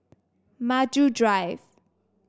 Maju Drive